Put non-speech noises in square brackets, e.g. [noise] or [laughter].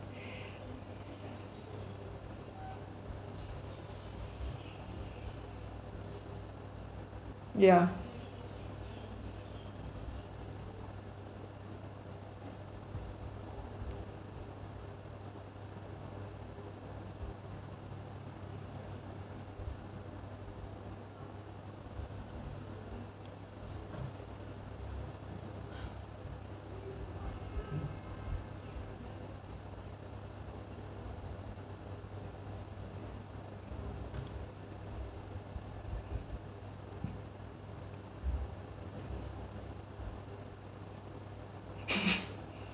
yeah [breath]